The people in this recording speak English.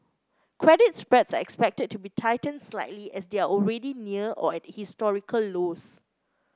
credit spreads are expected to be tightened slightly as they are already near or at historical lows